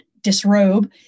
disrobe